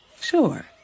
sure